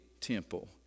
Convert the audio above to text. temple